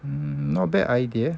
mm not bad idea